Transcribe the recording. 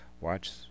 Watch